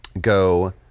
Go